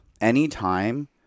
anytime